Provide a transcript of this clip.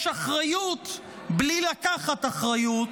יש אחריות בלי לקחת אחריות.